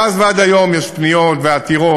מאז ועד היום יש פניות ועתירות.